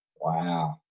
wow